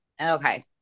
okay